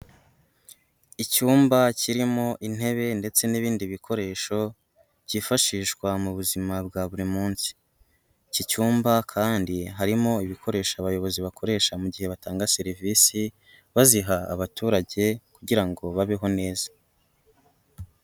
Icyumba kirimo intebe ndetse n'ibindi bikoresho, byifashishwa mu buzima bwa buri munsi, iki cyumba kandi harimo ibikoresho abayobozi bakoresha mu gihe batanga serivisi, baziha abaturage kugira ngo babeho neza.